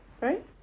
right